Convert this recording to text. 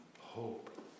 hope